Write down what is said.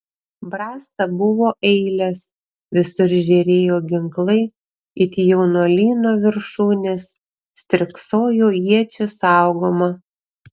brasta buvo eilės visur žėrėjo ginklai it jaunuolyno viršūnės stirksojo iečių saugoma